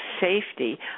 safety